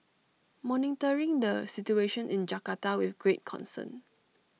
monitoring the situation in Jakarta with great concern